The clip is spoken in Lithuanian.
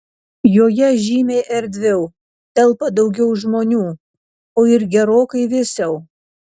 joje žymiai erdviau telpa daugiau žmonių o ir gerokai vėsiau